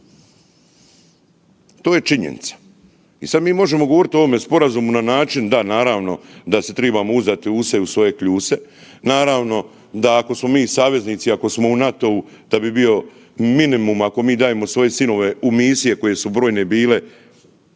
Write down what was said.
To je činjenica i sad mi možemo govoriti o ovome Sporazumu na način da, naravno, da se trebamo uzdati u se i u svoje kljuse, naravno da ako smo mi saveznici, ako smo u NATO-u da bi bio minimum, ako mi dajemo svoje sinove u misije koje su brojne bile,